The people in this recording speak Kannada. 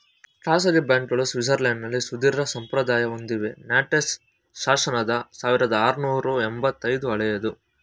ಖಾಸಗಿ ಬ್ಯಾಂಕ್ಗಳು ಸ್ವಿಟ್ಜರ್ಲ್ಯಾಂಡ್ನಲ್ಲಿ ಸುದೀರ್ಘಸಂಪ್ರದಾಯ ಹೊಂದಿವೆ ನಾಂಟೆಸ್ ಶಾಸನದ ಸಾವಿರದಆರುನೂರು ಎಂಬತ್ತ ಐದು ಹಳೆಯದು